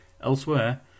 Elsewhere